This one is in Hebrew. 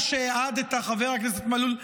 חבר הכנסת מלול,